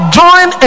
join